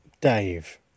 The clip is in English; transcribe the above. Dave